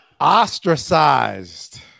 ostracized